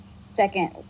second